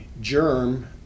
germ